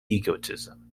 egotism